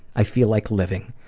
i feel like living,